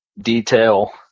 detail